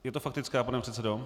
Je to faktická, pane předsedo?